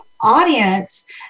audience